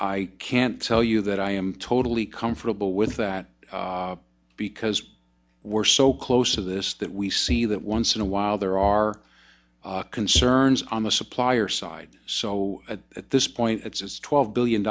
i can't tell you that i am totally comfortable with that because we're so close to this that we see that once in a while there are concerns on the supplier side so at this point it's twelve billion